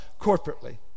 corporately